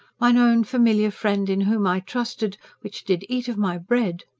mine own familiar friend, in whom i trusted, which did eat of my bread!